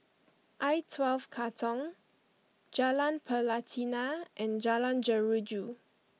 I Twelve Katong Jalan Pelatina and Jalan Jeruju